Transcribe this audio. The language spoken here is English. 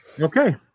Okay